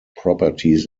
properties